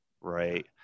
right